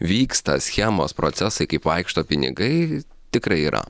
vyksta schemos procesai kaip vaikšto pinigai tikrai yra